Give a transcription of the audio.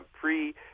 pre